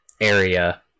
area